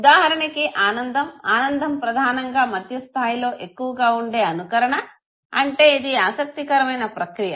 ఉదాహరణకి ఆనందం ఆనందం ప్రధానంగా మధ్యస్థాయిలో ఎక్కువగా ఉండే అనుకరణ అంటే ఇది ఆసక్తికరమైన ప్రక్రియ